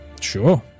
Sure